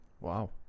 wow